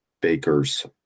Baker's